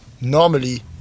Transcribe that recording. normally